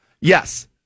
Yes